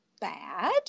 bad